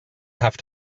have